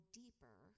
deeper